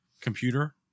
computer